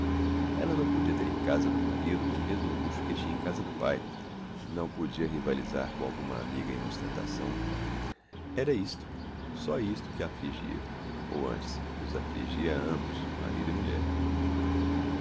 ela não podia ter em casa do marido o mesmo luxo que tinha em casa do pai não podia rivalizar com alguma amiga em ostentação era isto só isto que a afligia ou antes que os afligia a ambos marido e mulher